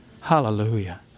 Hallelujah